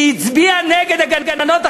היא הצביעה נגד הגננות החרדיות,